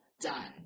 done